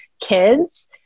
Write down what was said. kids